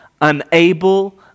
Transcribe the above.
unable